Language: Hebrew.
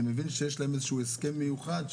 אני מבין שיש להם איזשהו הסכם מיוחד,